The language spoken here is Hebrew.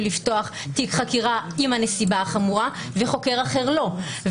לפתוח תיק חקירה עם הנסיבה החמורה וחוקר אחר לא,